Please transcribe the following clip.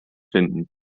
finden